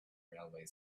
railway